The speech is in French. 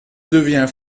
deviens